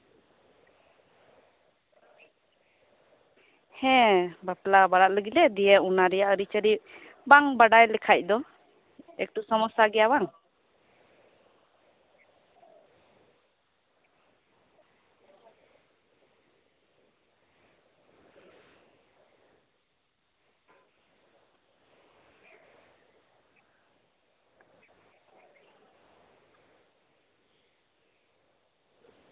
ᱦᱮᱸ ᱵᱟᱯᱞᱟ ᱵᱟᱲᱟᱜ ᱞᱟᱹᱜᱤᱫ ᱞᱮ ᱚᱱᱟ ᱨᱮᱭᱟᱜ ᱟᱹᱨᱤᱪᱟᱞᱤ ᱵᱟᱢ ᱵᱟᱰᱟᱭ ᱞᱮᱠᱷᱟᱱ ᱫᱚ ᱮᱠᱴᱩ ᱥᱚᱢᱚᱥᱥᱟ ᱜᱮᱭᱟ ᱵᱟᱝ